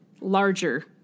larger